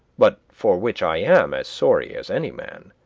but for which i am as sorry as any man